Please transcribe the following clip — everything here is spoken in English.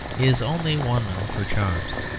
is only one of her charms,